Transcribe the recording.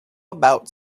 about